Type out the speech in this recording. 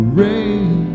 rain